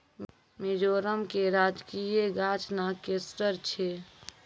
मिजोरम के राजकीय गाछ नागकेशर छै